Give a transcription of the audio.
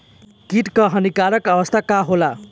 कीट क हानिकारक अवस्था का होला?